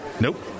Nope